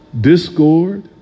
discord